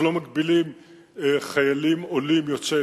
אנחנו לא מגבילים חיילים עולים יוצאי